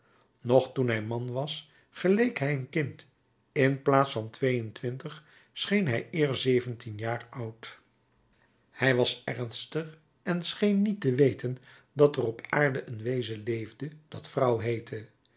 nog toen hij man was geleek hij een kind in plaats van twee-en-twintig scheen hij eer zeventien jaar oud hij was ernstig en scheen niet te weten dat er op aarde een wezen leefde dat vrouw heette